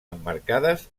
emmarcades